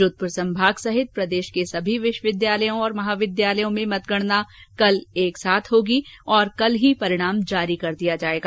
जोधपुर संभाग सहित प्रदेश के सभी विश्वविद्यालयों और महाविद्यालयों में मतगणना कल एक साथ होगी और कल ही परिणाम जारी कर दिया जायेगा